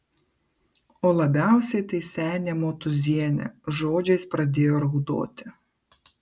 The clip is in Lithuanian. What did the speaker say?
o labiausiai tai senė motūzienė žodžiais pradėjo raudoti